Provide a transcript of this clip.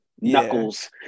Knuckles